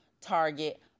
target